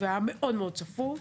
והיה מאוד מאוד צפוף.